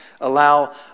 allow